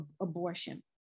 abortion